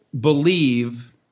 believe